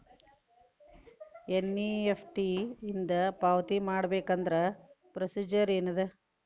NEFT ಇಂದ ಪಾವತಿ ಮಾಡಬೇಕಂದ್ರ ಪ್ರೊಸೇಜರ್ ಏನದ